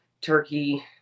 turkey